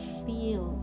feel